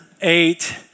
eight